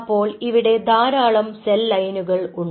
അപ്പോൾ ഇവിടെ ധാരാളം സെൽ ലൈനുകൾ ഉണ്ട്